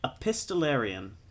epistolarian